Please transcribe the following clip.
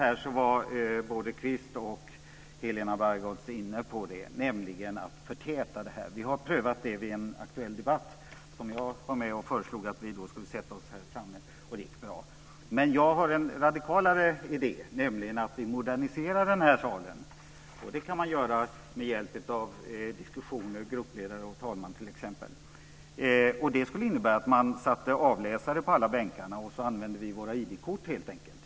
Tidigare var både Kenneth Kvist och Helena Bargholtz inne på det. Vi har prövat det vid en aktuell debatt då jag var med och föreslog att vi skulle sätta oss här framme, och det gick bra. Men jag har en radikalare idé, nämligen att vi moderniserar den här salen. Det kan man göra genom diskussioner mellan t.ex. gruppledare och talman. Det skulle innebära att vi satte avläsare på alla bänkar, och så använde vi våra ID-kort helt enkelt.